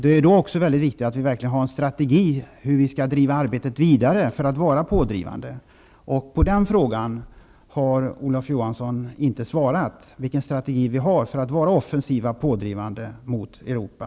Det är då också mycket viktigt att vi verkligen har en strategi för hur vi skall driva arbetet vidare för att vara pådrivande. Men Olof Johansson har inte svarat på frågan vilken strategi vi i Sverige har för att vara offensiva och pådrivande mot Europa.